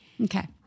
Okay